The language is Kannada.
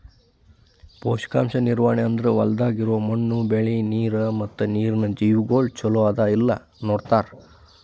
ಪೋಷಕಾಂಶ ನಿರ್ವಹಣೆ ಅಂದುರ್ ಹೊಲ್ದಾಗ್ ಇರೋ ಮಣ್ಣು, ಬೆಳಿ, ನೀರ ಮತ್ತ ನೀರಿನ ಜೀವಿಗೊಳ್ ಚಲೋ ಅದಾ ಇಲ್ಲಾ ನೋಡತಾರ್